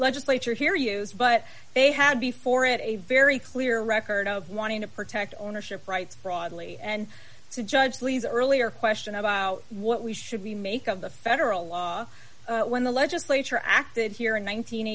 legislature here used but they had before and a very clear record of wanting to protect ownership rights broadly and to judge lee's earlier question about what we should be make of the federal law when the legislature acted here in